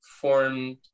formed